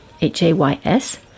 H-A-Y-S